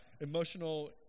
Emotional